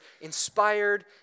inspired